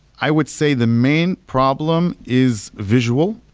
i would say the main problem is visual.